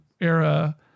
era